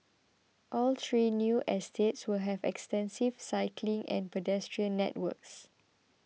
all three new estates will have extensive cycling and pedestrian networks